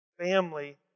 family